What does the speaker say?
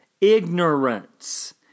Ignorance